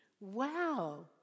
Wow